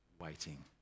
waiting